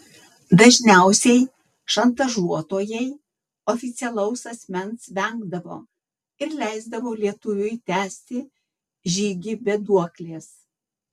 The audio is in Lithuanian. dažniausiai šantažuotojai oficialaus asmens vengdavo ir leisdavo lietuviui tęsti žygį be duoklės